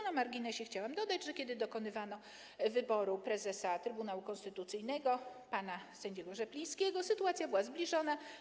Na marginesie chciałam dodać, że kiedy dokonywano wyboru prezesa Trybunału Konstytucyjnego pana sędziego Rzeplińskiego, sytuacja była zbliżona.